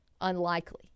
unlikely